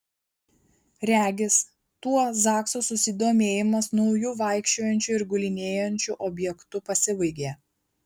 regis tuo zakso susidomėjimas nauju vaikščiojančiu ir gulinėjančiu objektu pasibaigė